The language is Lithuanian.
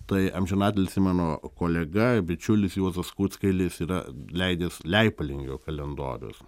tai amžinatilsį mano kolega bičiulis juozas kuckailis yra leidęs leipalingio kalendorius